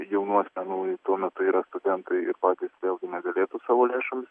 jaunų asmenų tuo metu yra studentai ir patys vėlgi negalėtų savo lėšomis